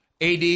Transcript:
AD